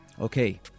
Okay